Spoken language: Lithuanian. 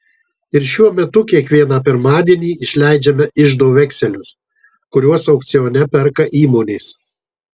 ir šiuo metu kiekvieną pirmadienį išleidžiame iždo vekselius kuriuos aukcione perka įmonės